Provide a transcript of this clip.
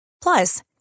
Plus